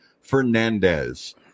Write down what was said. Fernandez